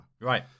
right